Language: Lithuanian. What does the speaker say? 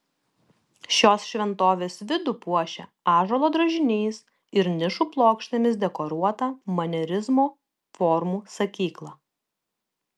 šios šventovės vidų puošia ąžuolo drožiniais ir nišų plokštėmis dekoruota manierizmo formų sakykla